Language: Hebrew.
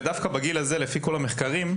ודווקא בגיל הזה, לפי כל המחקרים,